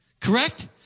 Correct